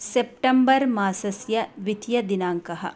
September मासस्य द्वितीयदिनाङ्कः